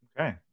Okay